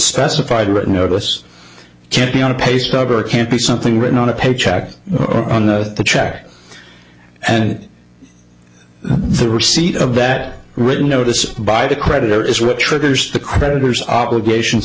specified written notice can't be on a pay stub or can't be something written on a pay check or on that the check and the receipt of that written notice by the creditor is what triggers the creditors obligations